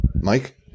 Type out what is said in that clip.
Mike